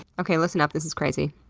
okay. listen up. this is crazy.